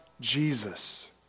Jesus